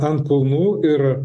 ant kulnų ir